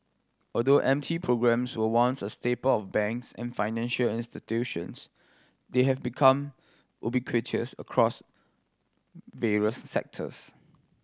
although M T programmes were once a staple of banks and financial institutions they have become ubiquitous across various sectors